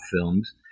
films